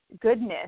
goodness